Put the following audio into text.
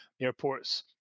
airports